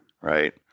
Right